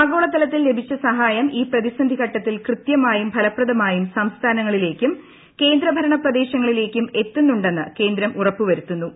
ആഗോളതലത്തിൽ ലഭിച്ച സഹായം ഈ പ്രതിസന്ധിഘട്ടത്തിൽ കൃത്യമായും ഫലപ്രദമായും സംസ്ഥാനങ്ങളിലേക്കും കേന്ദ്രഭരണപ്രദേശങ്ങളിലേക്കും എത്തുന്നുണ്ടെന്ന് കേന്ദ്രം ഉറപ്പുവരുത്തുന്നുണ്ട്